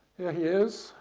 he is,